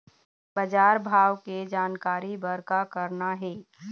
बजार भाव के जानकारी बर का करना हे?